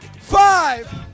Five